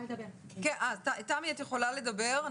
תמי, את יכולה לדבר.